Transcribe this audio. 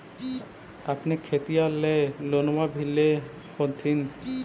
अपने खेतिया ले लोनमा भी ले होत्थिन?